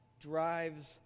drives